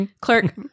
Clerk